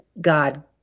God